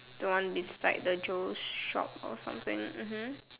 the one beside the Joe's shop or something mmhmm